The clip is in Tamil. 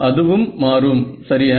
அதுவும் மாறும் சரியா